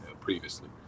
previously